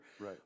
right